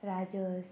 राजस